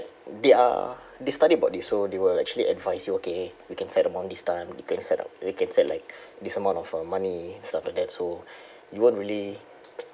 they are they study about this so they will actually advise you okay we can set amount this time we can set up we can set like this amount of uh money stuff like that so you won't really